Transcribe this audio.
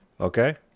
Okay